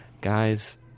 guys